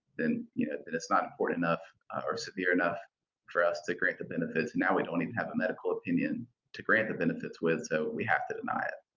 then you know it's not important enough or severe enough for us to grant the benefits. now we don't even have a medical opinion to grant the benefits with, so we have to deny it.